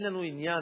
אין לנו עניין,